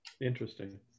Interesting